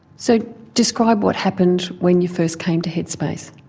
so describe what happened when you first came to headspace?